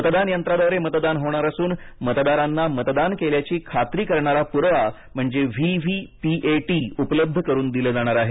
मतदान यंत्राद्वारे मतदान होणार असून मतदारांना मतदान केल्याची खात्री करणारा पुरावा म्हणजेच V V P A T उपलब्ध करून दिलं जाणार आहे